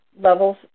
levels